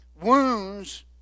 Wounds